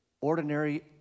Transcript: ordinary